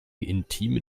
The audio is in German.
intime